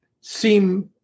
seem